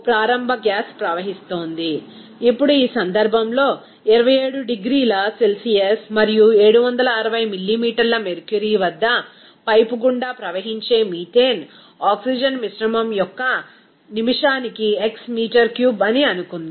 refer slide టైం4549 ఇప్పుడు ఈ సందర్భంలో 27 డిగ్రీల సెల్సియస్ మరియు 760 మిల్లీమీటర్ల మెర్క్యురీ వద్ద పైపు గుండా ప్రవహించే మీథేన్ ఆక్సిజన్ మిశ్రమం యొక్క నిమిషానికి x మీటర్ క్యూబ్ అని అనుకుందాం